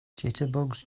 jitterbugs